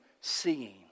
seeing